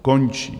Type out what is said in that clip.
Končí!